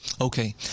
Okay